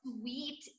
sweet